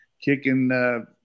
kicking